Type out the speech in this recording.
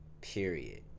period